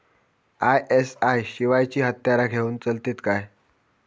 ISI शिवायची हत्यारा घेऊन चलतीत काय?